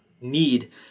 need